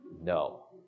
no